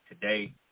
today